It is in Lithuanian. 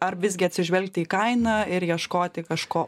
ar visgi atsižvelgti į kainą ir ieškoti kažko